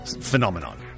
phenomenon